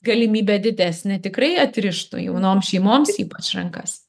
galimybę didesnę tikrai atrištų jaunom šeimoms ypač rankas